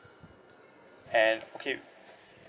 and okay